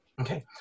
okay